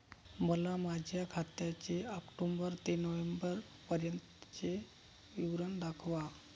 मला माझ्या खात्याचे ऑक्टोबर ते नोव्हेंबर पर्यंतचे विवरण दाखवा